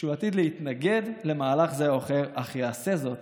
שהוא עתיד להתנגד למהלך זה או אחר, אך יעשה זאת